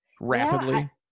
Rapidly